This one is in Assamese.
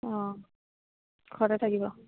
অঁ ঘৰতে থাকিব